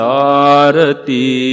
Sarati